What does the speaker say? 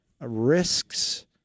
risks